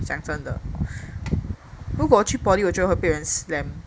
讲真的如果我去 poly 我就会被人 slam